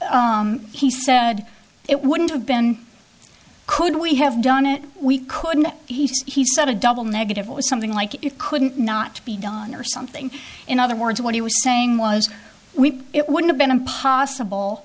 it he said it wouldn't have been could we have done it we couldn't he said a double negative or something like it couldn't not be done or something in other words what he was saying was we it would have been impossible